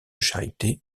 charité